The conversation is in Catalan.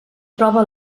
troba